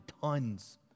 tons